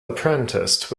apprenticed